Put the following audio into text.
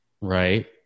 right